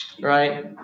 Right